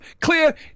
Clear